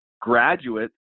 graduates